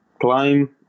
climb